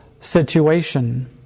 situation